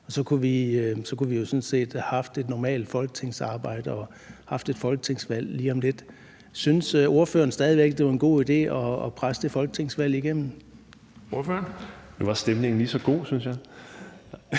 så kunne vi sådan set have haft et normalt folketingsarbejde og have haft et folketingsvalg lige om lidt. Synes ordføreren stadig væk, at det var en god idé at presse det folketingsvalg igennem? Kl. 20:09 Den fg. formand (Erling Bonnesen):